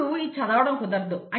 ఇప్పుడు ఇది చదవడం కుదరదు